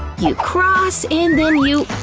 you cross, and then you